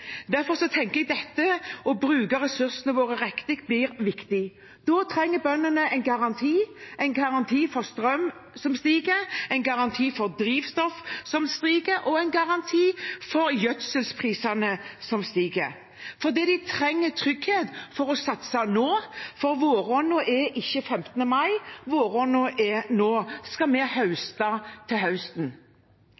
Derfor tenker jeg at å bruke ressursene våre riktig blir viktig. Da trenger bøndene en garanti, en garanti når strømprisen stiger, når drivstoffprisen stiger og gjødselprisen stiger. De trenger trygghet for å satse nå, for våronna er ikke 15. mai, våronna er nå – om vi skal høste til høsten. Derfor har Kristelig Folkeparti vært opptatt av at vi